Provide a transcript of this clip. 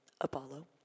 Apollo